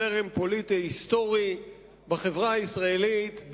זרם פוליטי היסטורי בחברה הישראלית,